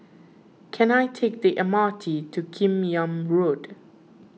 can I take the M R T to Kim Yam Road